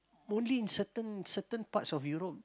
only in certain certain parts of Europe